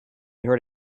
heard